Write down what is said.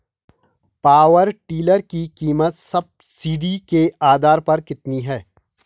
Power tiller की कीमत subsidy के आधार पर कितनी है?